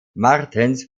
martens